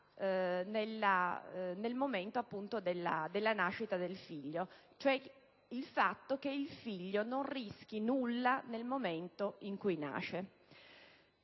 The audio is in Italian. nel momento della nascita del figlio, cioè al fatto che il figlio non rischi nulla nel momento in cui nasce.